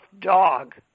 dog